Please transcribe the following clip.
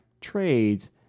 trades